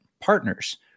partners